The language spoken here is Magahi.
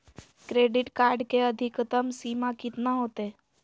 क्रेडिट कार्ड के अधिकतम सीमा कितना होते?